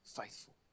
faithful